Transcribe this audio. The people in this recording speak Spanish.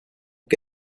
que